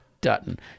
Dutton